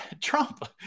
Trump